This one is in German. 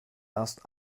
erst